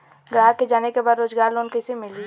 ग्राहक के जाने के बा रोजगार लोन कईसे मिली?